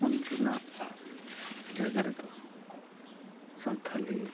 ᱡᱷᱟᱲᱠᱷᱚᱸᱰ ᱨᱮᱱᱟᱜ ᱡᱟᱭᱜᱟ ᱨᱮᱫᱚ ᱥᱟᱱᱛᱟᱞᱤ